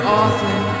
often